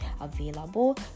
available